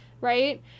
Right